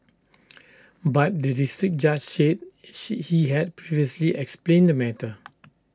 but the District Judge said she he had previously explained the matter